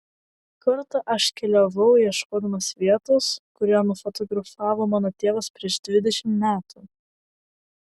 kartą aš keliavau ieškodamas vietos kurią nufotografavo mano tėvas prieš dvidešimt metų